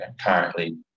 currently